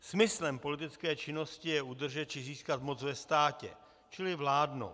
Smyslem politické činnosti je udržet či získat moc ve státě, čili vládnout.